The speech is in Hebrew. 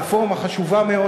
רפורמה חשובה מאוד,